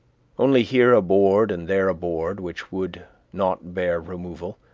only here a board and there a board which would not bear removal.